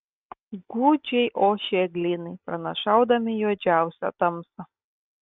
gūdžiai ošė eglynai pranašaudami juodžiausią tamsą